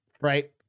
Right